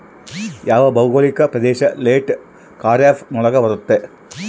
ಯಾವ ಭೌಗೋಳಿಕ ಪ್ರದೇಶ ಲೇಟ್ ಖಾರೇಫ್ ನೊಳಗ ಬರುತ್ತೆ?